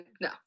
No